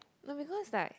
no because like